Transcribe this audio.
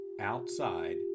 outside